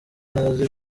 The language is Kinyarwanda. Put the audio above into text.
ntazi